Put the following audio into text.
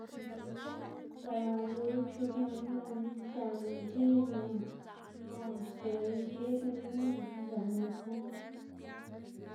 par naꞌ dele chug ñaná nonga izëná ldzin o o dele ic̲h̲ib niyná nonga izëná alkol.